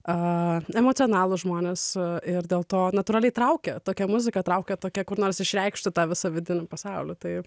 a emocionalūs žmonės ir dėl to natūraliai traukia tokia muzika traukia tokia kur nors išreikšti tą visą vidinį pasaulį taip